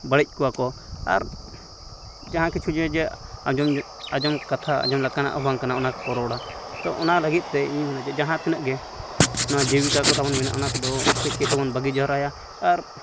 ᱵᱟᱹᱲᱤᱡ ᱠᱚᱣᱟ ᱠᱚ ᱟᱨ ᱡᱟᱦᱟᱸ ᱠᱤᱪᱷᱩ ᱡᱮᱡᱟᱨ ᱟᱸᱡᱚᱢ ᱡᱚᱝ ᱟᱸᱡᱚᱢ ᱠᱟᱛᱷᱟ ᱟᱸᱡᱚᱢ ᱞᱮᱠᱟᱱᱟᱜ ᱦᱚᱸ ᱵᱟᱝ ᱠᱟᱱᱟ ᱚᱱᱟ ᱠᱚ ᱨᱚᱲᱟ ᱛᱚ ᱚᱱᱟ ᱞᱟᱹᱜᱤᱫ ᱛᱮ ᱤᱧᱤᱧ ᱢᱮᱱᱟ ᱡᱮ ᱡᱟᱦᱟᱸ ᱛᱤᱱᱟᱹᱜ ᱜᱮ ᱱᱚᱣᱟ ᱡᱤᱵᱤᱠᱟ ᱠᱚ ᱛᱟᱵᱚᱱ ᱢᱮᱱᱟᱜᱼᱟ ᱚᱱᱟ ᱠᱚᱫᱚ ᱠᱟᱹᱡᱼᱠᱟᱹᱡ ᱛᱮᱵᱚᱱ ᱵᱟᱹᱜᱤ ᱡᱟᱣᱨᱟᱭᱟ ᱟᱨ